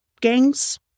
gangs